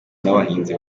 n’abahinzi